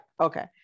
okay